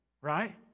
right